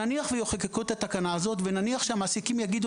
נניח ויחוקקו את התקנה הזאת ונניח שהמעסיקים יגידו,